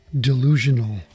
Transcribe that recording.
delusional